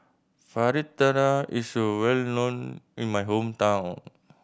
fritada is a well known in my hometown